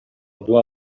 dua